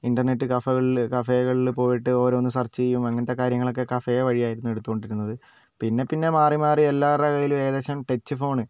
internet കഫേകളിൽ കഫേകളിൽ പോയിട്ട് ഓരോന്ന് സെർച്ച് ചെയ്യും അങ്ങനത്തെ കാര്യങ്ങളൊക്കെ കഫേ വഴിയായിരുന്നു എടുത്തുകൊണ്ടിരുന്നത് പിന്നെ പിന്നെ മാറി മാറി എല്ലാവരുടെ കയ്യിലും ഏകദേശം ടച്ച് ഫോൺ